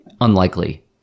Unlikely